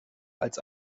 als